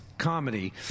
comedy